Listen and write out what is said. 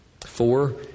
four